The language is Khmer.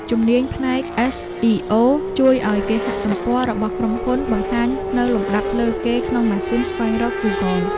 ជំនាញផ្នែកអេសអ៊ីអូជួយឱ្យគេហទំព័ររបស់ក្រុមហ៊ុនបង្ហាញនៅលំដាប់លើគេក្នុងម៉ាស៊ីនស្វែងរកហ្គូហ្គល។